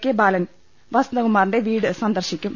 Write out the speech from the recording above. K Balan വസന്തകുമാറിന്റെ വീട് സന്ദർശിക്കും